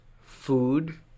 food